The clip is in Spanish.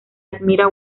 admira